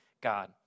God